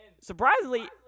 surprisingly